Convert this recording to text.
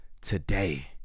today